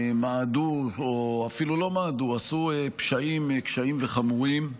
שמעדו, או אפילו לא מעדו, עשו פשעים קשים וחמורים,